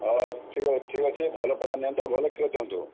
ହଉ ଠିକ୍ ଠିକ୍ ଅଛି ଭଲ ପଇସା ନିଅନ୍ତୁ ଆଉ ଭଲ କ୍ଷୀର ଦିଅନ୍ତୁ